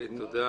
תודה.